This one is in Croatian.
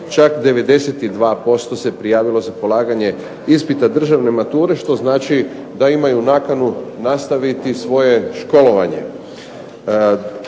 čak 92% se prijavilo za polaganje ispita državne mature što znači da imaju nakanu nastaviti svoje školovanje.